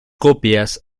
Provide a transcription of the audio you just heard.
copias